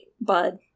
bud